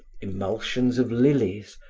emulsions of lilies,